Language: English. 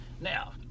Now